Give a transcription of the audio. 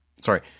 sorry